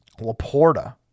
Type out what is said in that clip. Laporta